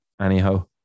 anyhow